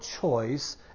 choice